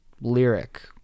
lyric